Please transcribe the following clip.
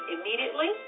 immediately